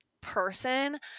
person